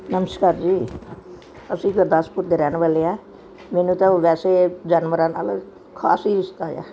ਨਮਸਕਾਰ ਜੀ ਅਸੀਂ ਗੁਰਦਾਸਪੁਰ ਦੇ ਰਹਿਣ ਵਾਲੇ ਹਾਂ ਮੈਨੂੰ ਤਾਂ ਵੈਸੇ ਜਾਨਵਰਾਂ ਨਾਲ ਖ਼ਾਸ ਹੀ ਰਿਸ਼ਤਾ ਆ